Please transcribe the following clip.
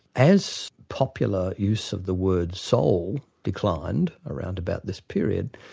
as popular use of the word soul declined around about this period,